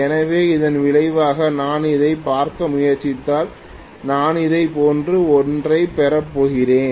எனவே இதன் விளைவாக நான் அதைப் பார்க்க முயற்சித்தால் நான் இதைப் போன்ற ஒன்றைப் பெறப்போகிறேன்